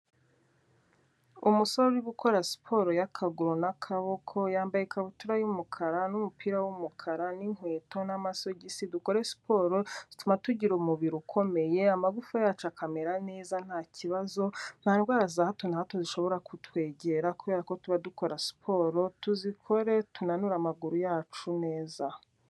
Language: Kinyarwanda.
Umusore uri gukora siporo y'akaguru n'akaboko, yambaye ikabutura y'umukara n'umupira w'umukara n'inkweto n'amasogisi; dukore siporo ituma tugira umubiri ukomeye, amagufa yacu akamera neza, nta kibazo, nta ndwara za hato na hato zishobora kutwegera, kubera ko tuba dukora siporo; tuzikore tunanure amaguru yacu neza.